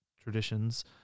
traditions